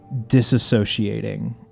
disassociating